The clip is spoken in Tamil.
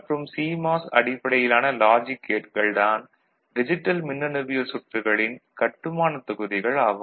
மற்றும் சிமாஸ் அடிப்படையிலான லாஜிக் கேட்கள் தான் டிஜிட்டல் மின்னணுவியல் சுற்றுகளின் கட்டுமானத் தொகுதிகள் ஆகும்